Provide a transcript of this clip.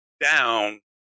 down